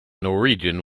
norwegian